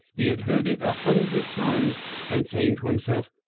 he had heard it a hundred times and, saying to himself,